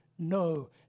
No